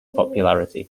popularity